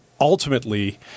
ultimately